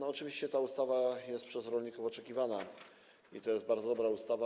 Oczywiście ta ustawa jest przez rolników oczekiwana i jest to bardzo dobra ustawa.